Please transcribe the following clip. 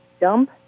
dump